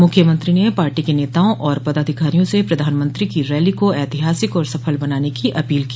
मुख्यमंत्री ने पार्टी के नेताओं व पदाधिकारियों से प्रधानमंत्री की रैली को ऐतिहासिक और सफल बनाने की अपील की